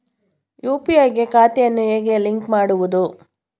UPI ಗೆ ಖಾತೆಯನ್ನು ಹೇಗೆ ಲಿಂಕ್ ಮಾಡುವುದು?